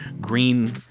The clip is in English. green